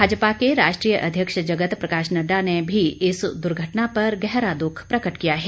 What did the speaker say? भाजपा के राष्ट्रीय अध्यक्ष जगत प्रकाश नड्डा ने भी इस दुर्घटना पर गहरा दुख प्रकट किया है